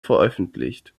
veröffentlicht